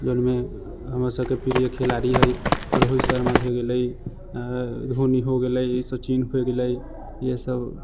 जौनमे हमरासभके प्रिय खिलाड़ी हइ रोहित शर्मा भे गेलै धोनी हो गेलै सचिन होइ गेलै इएहसभ